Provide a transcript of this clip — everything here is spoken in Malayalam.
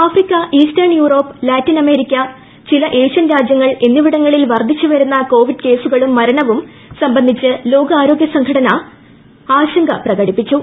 Africa eastern Europe Latin America ട്ട് ചില ഏഷ്യൻ രാജ്യങ്ങൾ എന്നിവിടങ്ങളിൽ വർധിച്ചുപ്പ്രൂന്ന കോവിഡ് കേസുകളും മരണവും സംബന്ധിച്ച് ലോകാര്യോഗ്യും സംഘടന ഡയറക്ടർ ആശങ്ക പ്രകടിപ്പിച്ചു